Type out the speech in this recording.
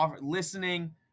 listening